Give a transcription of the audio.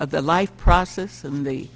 at the life process and the